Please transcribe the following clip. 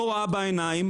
לא רואה בעיניים,